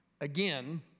Again